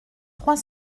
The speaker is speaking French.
trois